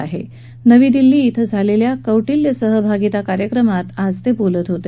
आज नवी दिल्ली ें झालेल्या कौटील्य सहभागीता कार्यक्रमात ते बोलत होते